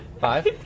five